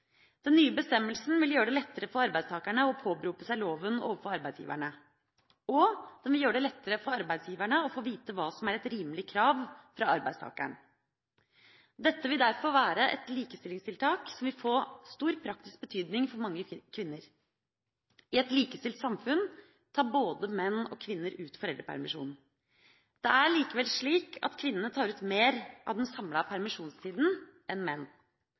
Den nye bestemmelsen vil gjøre det lettere for arbeidstakerne å påberope seg loven overfor arbeidsgiverne, og den vil gjøre det lettere for arbeidsgiverne å få vite hva som er et rimelig krav fra arbeidstakeren. Dette vil derfor være et likestillingstiltak som vil få stor praktisk betydning for mange kvinner. I et likestilt samfunn tar både menn og kvinner ut foreldrepermisjonen. Det er likevel slik at kvinnene tar ut mer av den samlede permisjonstida enn menn.